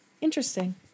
Interesting